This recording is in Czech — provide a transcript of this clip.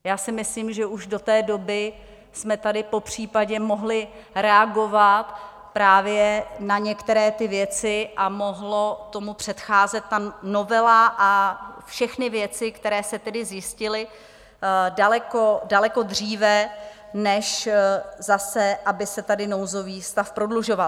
Já si myslím, že už do té doby jsme tady popřípadě mohli reagovat právě na některé ty věci a mohla tomu předcházet ta novela a všechny věci, které se tedy zjistily, daleko dříve, než zase aby se tady nouzový stav prodlužoval.